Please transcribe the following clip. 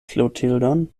klotildon